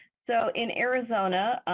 so in arizona,